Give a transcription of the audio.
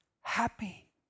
happy